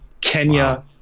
Kenya